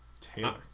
Taylor